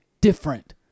different